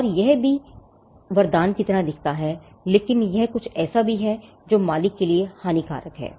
और यह भी यह एक वरदान की तरह दिखता है लेकिन यह भी कुछ ऐसा है जो मालिक के लिए हानिकारक है